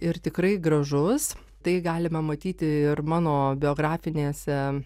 ir tikrai gražus tai galime matyti ir mano biografinėse